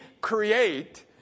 create